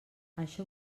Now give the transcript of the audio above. això